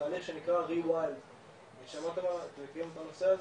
בתהליך לשנות את השיח בנושא הזה.